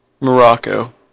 Morocco